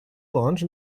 launch